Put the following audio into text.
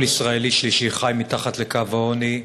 כל ישראלי שלישי חי מתחת לקו העוני.